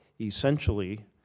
essentially